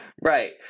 Right